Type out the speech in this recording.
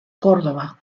córdova